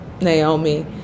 Naomi